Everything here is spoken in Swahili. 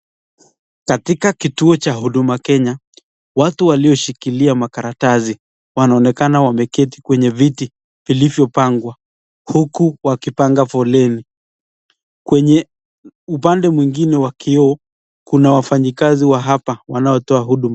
Katika kituo cha huduma Kenya, watu walioshikilia makaratasi wanaonekana wameketi mwenye viti vilivyo pangwa huku wakipanga foleni, kwenye upande mwingine wa kiyoo Kuna wafanyikazi wa hapa wanaotoa huduma.